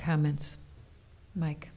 comments like